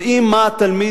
יודעים מה התלמיד,